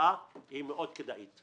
בתוצאה היא מאוד כדאית.